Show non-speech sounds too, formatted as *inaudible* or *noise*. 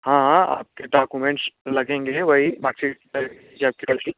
हाँ हाँ आपके डाकुमेंट्स लगेंगे वही मार्क शीट *unintelligible* की